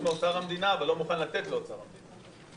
מאוצר המדינה אבל לא מוכן לתת לאוצר המדינה.